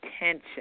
attention